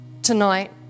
Tonight